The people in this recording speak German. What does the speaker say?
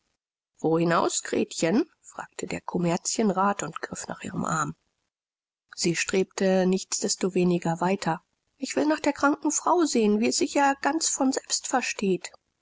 wo hinaus gretchen fragte der kommerzienrat und griff nach ihrem arm sie strebte nichtsdestoweniger weiter ich will nach der kranken frau sehen wie es sich ja ganz von selbst versteht